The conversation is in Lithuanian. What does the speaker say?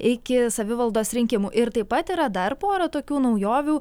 iki savivaldos rinkimų ir taip pat yra dar pora tokių naujovių